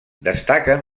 destaquen